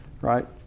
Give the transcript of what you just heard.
right